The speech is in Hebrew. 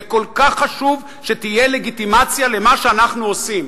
זה כל כך חשוב שתהיה לגיטימציה למה שאנחנו עושים,